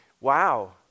wow